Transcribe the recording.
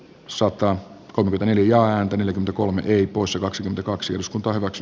sota on vigiliaan yli kolme poissa kaksi ja kaksi osku torro z